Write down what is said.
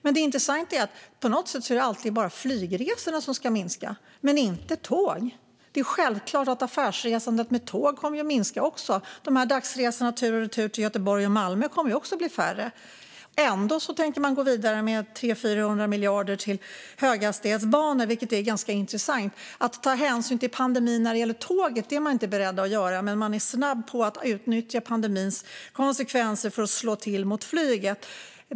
Men det intressanta är att det alltid bara är flygresorna som ska minska, inte tågresorna. Det är självklart att affärsresandet med tåg också kommer att minska. Dagsresorna tur och retur till Göteborg och Malmö kommer också att bli färre. Ändå tänker man gå vidare med 300-400 miljarder till höghastighetsbanor. Det är ganska intressant. Man är inte beredd att ta hänsyn till pandemin när det gäller tåget, men man är snabb med att utnyttja pandemins konsekvenser för att slå till mot flyget.